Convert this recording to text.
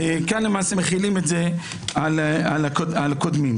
כאן מחילים את זה על הקודמים,